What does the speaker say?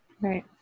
Right